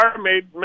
made